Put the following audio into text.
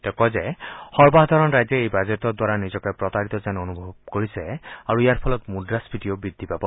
তেওঁ কয় যে সৰ্বসাধাৰণ ৰাইজে এই বাজেটৰ দ্বাৰা নিজকে প্ৰতাৰিত যেন অনুভৱ কৰিছে আৰু ইয়াৰ ফলত মূদ্ৰাস্ফীতিও বৃদ্ধি পাব